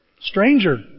Stranger